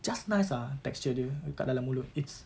just nice ah texture dia dekat dalam mulut it's